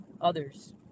others